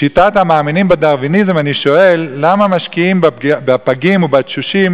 לשיטת המאמינים בדרוויניזם אני שואל: למה משקיעים בפגים ובתשושים